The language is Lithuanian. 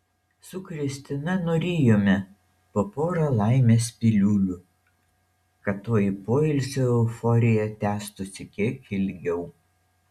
su kristina nurijome po porą laimės piliulių kad toji poilsio euforija tęstųsi kiek ilgiau